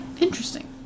interesting